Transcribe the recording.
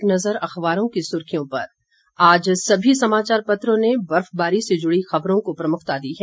अब एक नजर अखबारों की सुर्खियों पर आज सभी समाचारपत्रों ने बर्फबारी से जुड़ी खबरों को प्रमुखता दी है